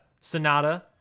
Sonata